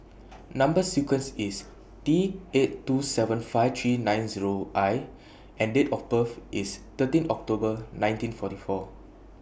Number sequence IS T eight two seven five three nine Zero I and Date of birth IS thirteen October nineteen forty four